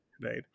right